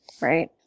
right